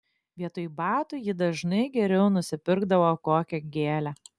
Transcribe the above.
vietoj batų ji dažnai geriau nusipirkdavo kokią gėlę